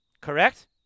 Correct